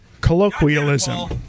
colloquialism